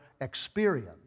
experience